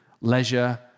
leisure